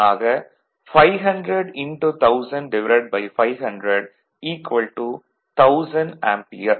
ஆக 500 1000500 1000 ஆம்பியர்